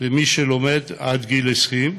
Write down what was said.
מי שלומד עד גיל 20,